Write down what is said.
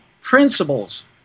principles